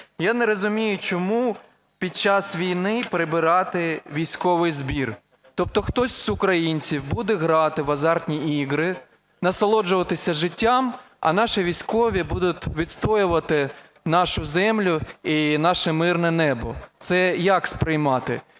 Я не розумію, чому під час війни прибирати військовий збір. Тобто хтось з українців буде грати в азартні ігри, насолоджуватися життям, а наші військові будуть відстоювати нашу землю і наше мирне небо. Це як сприймати?